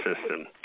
system